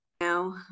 now